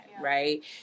right